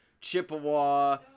Chippewa